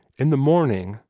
in the morning,